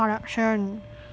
corruption